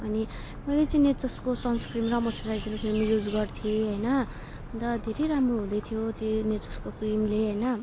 अनि मैले चाहिँ नेचर्सको सनस्क्रिन र मइस्चराइजर क्रिम युज गर्थेँ हैन अनि त धेरै राम्रो हुँदैथियो त्यो नेचर्सको क्रिमले हैन